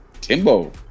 Timbo